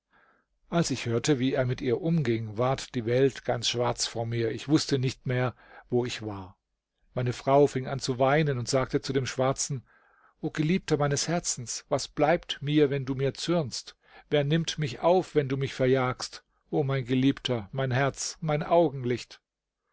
als ich hörte wie er mit ihr umging ward die welt ganz schwarz vor mir ich wußte nicht mehr wo ich war meine frau fing an zu weinen und sagte zu dem schwarzen o geliebter meines herzens was bleibt mir wenn du mir zürnst wer nimmt mich auf wenn du mich verjagst o mein geliebter mein herz mein augenlicht